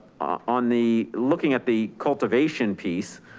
on the, looking at the cultivation piece,